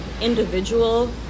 individual